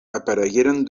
aparegueren